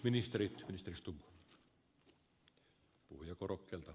arvoisa herra puhemies